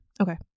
Okay